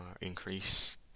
increase